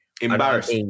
embarrassed